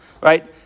Right